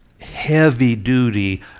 heavy-duty